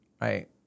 right